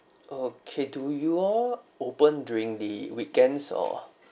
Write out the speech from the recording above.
okay do you all open during the weekends or